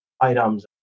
items